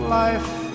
life